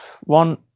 one